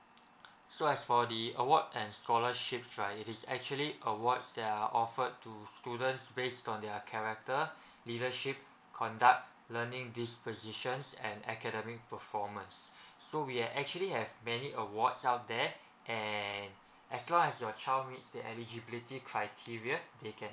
so as for the award and scholarships right it is actually awards that are offered to students based on their character leadership conduct learning these positions and academic performance so we are actually have many awards out there and as long as your child meets the eligilibity criteria they can